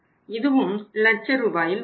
இதுவும் லட்ச ரூபாயில் உள்ளது